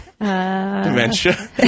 Dementia